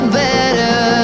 better